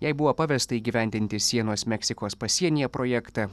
jai buvo pavesta įgyvendinti sienos meksikos pasienyje projektą